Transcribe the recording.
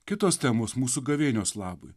kitos temos mūsų gavėnios labui